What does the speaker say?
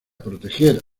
proteger